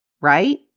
right